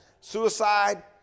suicide